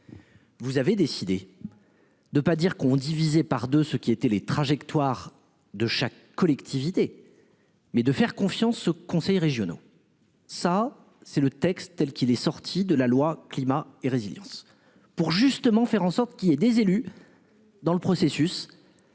Vous avez décidé. De pas dire qu'on divisé par 2, ce qui était les trajectoires de chaque collectivité. Mais de faire confiance aux conseils régionaux. Ça c'est le texte tel qu'il est sorti de la loi climat et résilience pour justement faire en sorte qu'il y ait des élus. Dans le processus.